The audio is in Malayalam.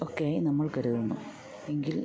ഒക്കെയായി നമ്മൾ കരുതുന്നു എങ്കിൽ